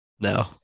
No